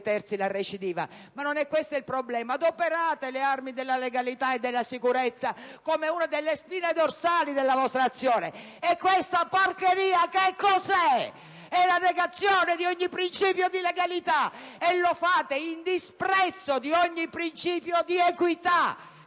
terzi la recidiva. Ma non è questo il problema: adoperate le armi della legalità e della sicurezza come una delle spine dorsali della vostra azione, ma questa porcheria che cosa è? È la negazione di ogni principio di legalità, e lo fate in disprezzo di ogni principio di equità!